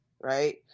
right